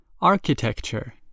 Architecture